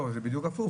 זה בדיוק הפוך.